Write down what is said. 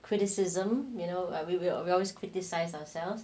criticism middle we we're we're always criticise ourselves